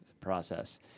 process